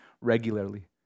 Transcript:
regularly